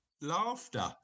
laughter